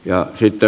ja sitä